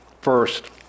first